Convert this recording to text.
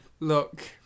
Look